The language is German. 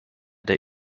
der